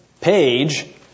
page